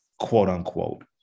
quote-unquote